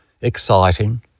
exciting